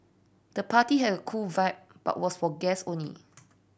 the party had a cool vibe but was for guests only